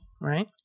right